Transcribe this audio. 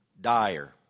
dire